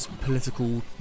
political